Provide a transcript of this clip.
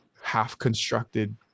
half-constructed